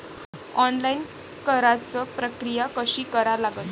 Online कराच प्रक्रिया कशी करा लागन?